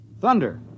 Thunder